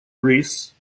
greece